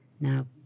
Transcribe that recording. Now